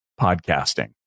podcasting